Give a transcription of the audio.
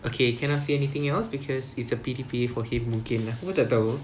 okay cannot say anything else because it's a P_D_P_A for him again aku pun tak tahu